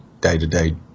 day-to-day